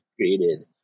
created